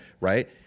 right